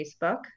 Facebook